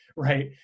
right